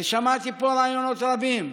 ושמעתי פה רעיונות רבים.